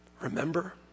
Remember